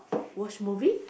watch movie